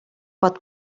pot